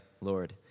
Lord